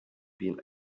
been